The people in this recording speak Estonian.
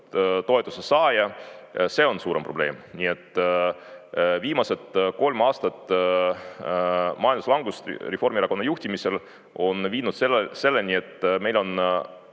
saaja – see on suurem probleem. Nii et viimased kolm aastat majanduslangust Reformierakonna juhtimisel on viinud selleni, et meil on